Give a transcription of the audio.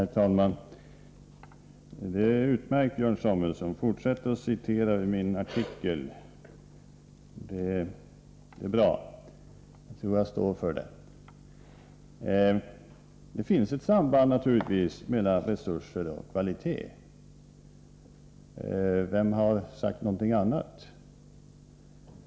Herr talman! Det är utmärkt, Björn Samuelson, fortsätt att citera ur min artikel. Jag står för den. Det finns naturligtvis ett samband mellan resurser och kvalitet. Vem har sagt någonting annat?